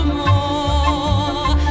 more